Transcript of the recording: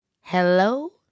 Hello